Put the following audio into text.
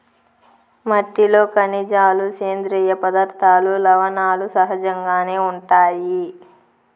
మట్టిలో ఖనిజాలు, సేంద్రీయ పదార్థాలు, లవణాలు సహజంగానే ఉంటాయి